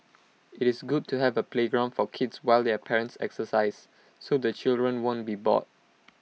IT is good to have A playground for kids while their parents exercise so the children won't be bored